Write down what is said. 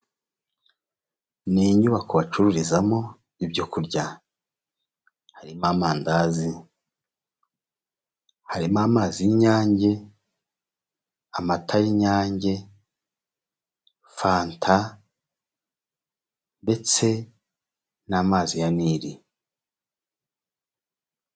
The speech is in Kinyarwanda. N inyubako bacururizamo ibyo kurya harimo amandazi, harimo amazi y'inyange, amata y'inyange, fanta, ndetse n'amazi ya Nili.